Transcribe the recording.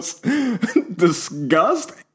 disgust